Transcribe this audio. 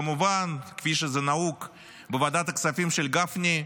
כמובן, כפי שזה נהוג בוועדת הכספים של גפני,